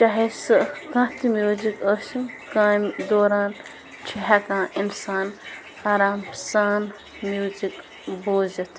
چاہے سُو کانٛہہ تہِ میوٗزِک ٲسِن کامہِ دوران چھِ ہٮ۪کان اِنسان آرام سان موٗزِک بوٗزِتھ